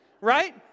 Right